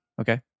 Okay